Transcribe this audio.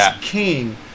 King